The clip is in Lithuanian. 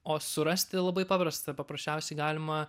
o surasti labai paprasta paprasčiausiai galima